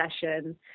session